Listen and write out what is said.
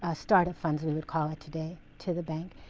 ah start-up funds we would call it today, to the bank.